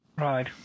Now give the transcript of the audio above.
right